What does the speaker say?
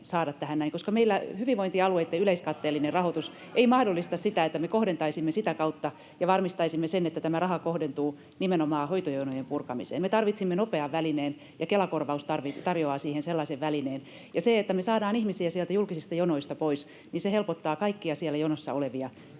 saada sitä tähän, koska meillä hyvinvointialueitten yleiskatteellinen rahoitus ei mahdollista sitä, että me kohdentaisimme sitä kautta ja varmistaisimme sen, että tämä raha kohdentuu nimenomaan hoitojonojen purkamiseen. Me tarvitsimme nopean välineen, ja Kela-korvaus tarjoaa siihen sellaisen välineen. Ja se, että me saadaan ihmisiä julkisista jonoista pois, helpottaa kaikkia jonossa olevia